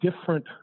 different